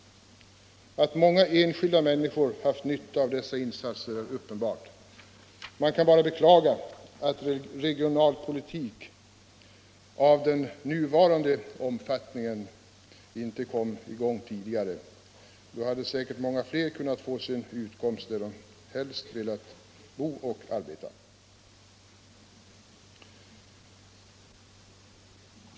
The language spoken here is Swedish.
Att många enskilda människor haft nytta av dessa insatser är uppenbart. Man kan bara beklaga att en regionalpolitik av den nuvarande omfattningen inte kom i gång tidigare. Då hade många fler kunnat få sin utkomst där de helst velat bo och arbeta.